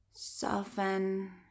Soften